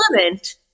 element